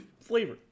flavor